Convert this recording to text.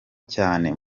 cyane